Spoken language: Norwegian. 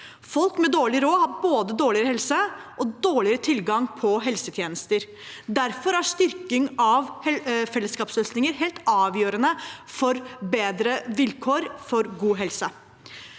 Folk med dårlig råd har både dårligere helse og dårligere tilgang på helsetjenester. Derfor er styrking av fellesskapsløsninger helt avgjørende for bedre vilkår for god helse.